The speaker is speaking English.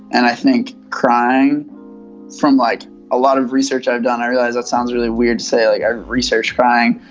and i think crying from like a lot of research i've done, i realize that sounds really weird to say like i research crying.